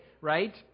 Right